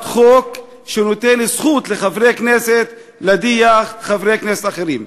חוק שנותן זכות לחברי כנסת להדיח חברי כנסת אחרים.